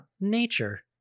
nature